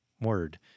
word